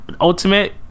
ultimate